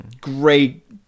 great